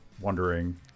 wondering